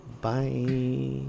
Bye